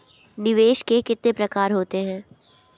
निवेश के कितने प्रकार होते हैं?